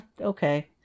okay